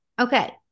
Okay